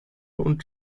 und